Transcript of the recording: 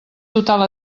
total